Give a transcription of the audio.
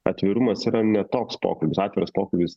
atvirumas yra ne toks pokalbis atviras pokalbis